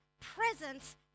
presence